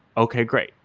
okay, great.